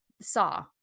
Saw